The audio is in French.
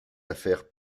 affaires